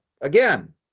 again